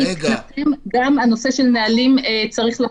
וגם הנושא של הנהלים --- גבי,